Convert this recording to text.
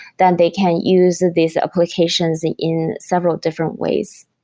then they can use these applications and in several different ways.